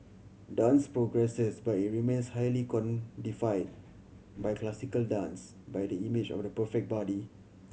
dance progresses but it remains highly codified by classical dance by the image of the perfect body